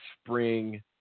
spring